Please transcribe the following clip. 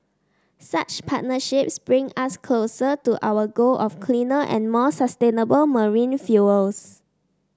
such partnerships bring us closer to our goal of cleaner and more sustainable marine fuels